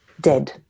dead